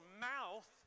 mouth